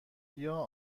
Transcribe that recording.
بیا